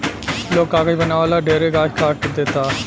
लोग कागज बनावे ला ढेरे गाछ काट देता